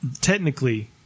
technically